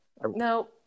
no